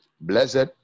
Blessed